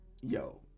yo